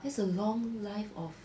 that's a long life of